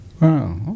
Wow